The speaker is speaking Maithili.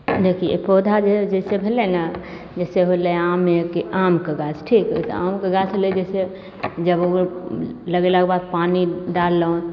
देखिऔ पौधा जे जइसे भेलै ने जइसे होलै आमेके आमके गाछ ठीक तऽ आमके गाछ लै जे छै जब ओकरा लगेलाके बाद पानी डाललहुँ